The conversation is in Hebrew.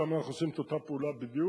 שם אנחנו עושים את אותה הפעולה בדיוק.